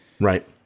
right